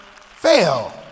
fail